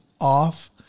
off